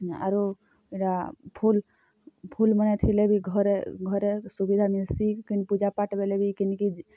ଆରୁ ଇଟା ଫୁଲ୍ ଫୁଲ୍ମାନେ ଥିଲେ ବି ଘରେ ଘରେ ସୁବିଧା ମିଲ୍ସି କେନ୍ ପୂଜା ପାଟ୍ ବେଲେ କିନ୍ କି ଜି